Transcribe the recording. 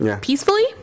peacefully